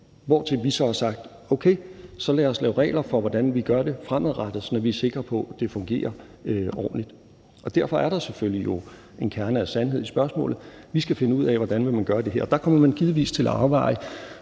har vi så sagt: Okay, så lad os lave regler for, hvordan vi gør det fremadrettet, sådan at vi er sikre på, at det fungerer ordentligt. Derfor er der jo selvfølgelig en kerne af sandhed i spørgsmålet. Vi skal finde ud af, hvordan man må gøre det her, og der kommer man givetvis til at afveje